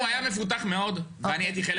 הוא היה מפותח מאוד ואני הייתי חלק